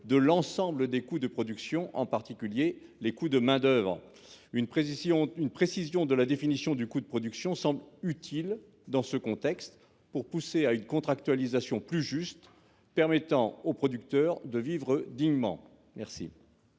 de l'ensemble des coûts de production, en particulier les coûts de main-d'oeuvre. Dans ce contexte, préciser la définition du coût de production semble utile, pour pousser à une contractualisation plus juste, permettant aux producteurs de vivre dignement. Quel